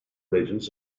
legends